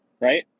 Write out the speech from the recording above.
right